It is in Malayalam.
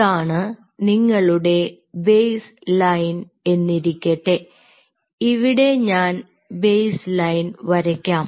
ഇതാണ് നിങ്ങളുടെ ബേസ്ലൈൻ എന്നിരിക്കട്ടെ ഇവിടെ ഞാൻ ബേസ് ലൈൻ വരയ്ക്കാം